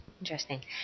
Interesting